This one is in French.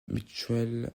mitchell